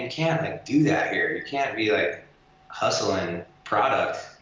and can't and do that here, you can't be like hustling product.